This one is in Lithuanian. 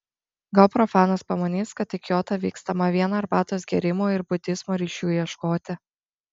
gal profanas pamanys kad į kiotą vykstama vien arbatos gėrimo ir budizmo ryšių ieškoti